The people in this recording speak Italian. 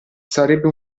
sarebbe